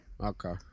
okay